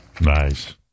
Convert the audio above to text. Nice